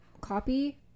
copy